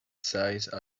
size